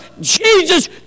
Jesus